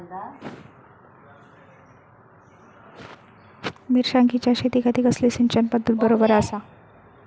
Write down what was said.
मिर्षागेंच्या शेतीखाती कसली सिंचन पध्दत बरोबर आसा?